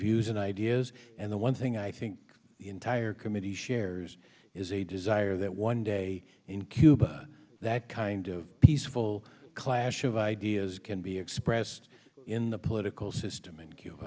views and ideas and the one thing i think entire committee share is a desire that one day in cuba that kind of peaceful clash of ideas can be expressed in the political system